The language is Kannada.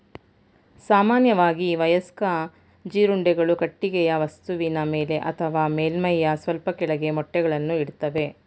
ಸಾಮಾನ್ಯವಾಗಿ ವಯಸ್ಕ ಜೀರುಂಡೆಗಳು ಕಟ್ಟಿಗೆಯ ವಸ್ತುವಿನ ಮೇಲೆ ಅಥವಾ ಮೇಲ್ಮೈಯ ಸ್ವಲ್ಪ ಕೆಳಗೆ ಮೊಟ್ಟೆಗಳನ್ನು ಇಡ್ತವೆ